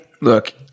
Look